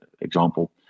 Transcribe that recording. example